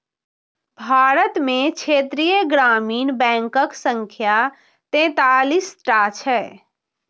भारत मे क्षेत्रीय ग्रामीण बैंकक संख्या तैंतालीस टा छै